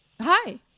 Hi